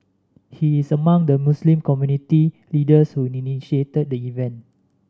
he is among the Muslim community leaders who initiated the event